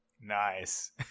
Nice